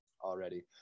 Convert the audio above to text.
already